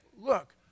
look